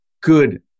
good